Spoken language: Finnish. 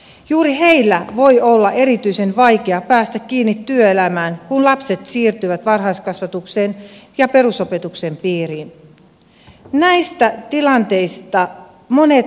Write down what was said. juuri heidän voi olla erityisen vaikea päästä kiinni työelämään kun lapset siirtyvät varhaiskasvatuksen ja perusopetuksen piiriin